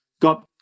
got